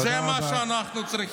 זה מה שאנחנו צריכים.